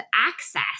access